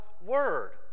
word